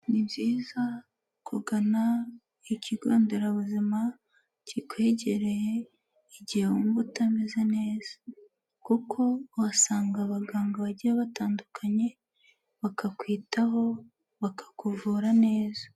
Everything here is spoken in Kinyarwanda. Ni byiza kugana ikigo nderabuzima kikwegereye igihe wumva utameze neza kuko uhasanga abaganga bagiye batandukanye, bakakwitaho bakakuvura neza.